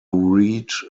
read